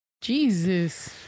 Jesus